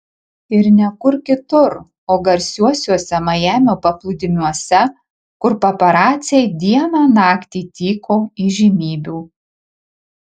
ir ne kur kitur o garsiuosiuose majamio paplūdimiuose kur paparaciai dieną naktį tyko įžymybių